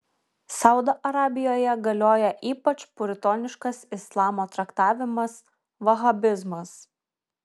saudo arabijoje galioja ypač puritoniškas islamo traktavimas vahabizmas